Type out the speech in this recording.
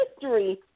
history